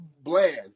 Bland